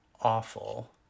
awful